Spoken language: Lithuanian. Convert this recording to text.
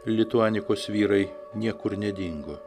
lituanikos vyrai niekur nedingo